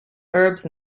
herbs